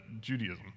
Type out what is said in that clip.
Judaism